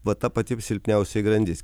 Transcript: va ta pati silpniausioji grandis